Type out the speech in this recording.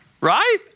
Right